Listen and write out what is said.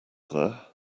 there